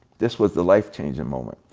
this was the life changing moment,